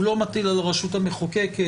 הוא לא מטיל על הרשות המחוקקת,